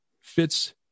fits